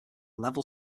level